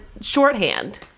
shorthand